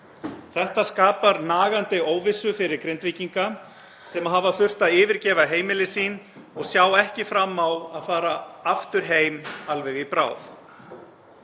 Þetta skapar nagandi óvissu fyrir Grindvíkinga sem hafa þurft að yfirgefa heimili sín og sjá ekki fram á að fara aftur heim alveg í bráð.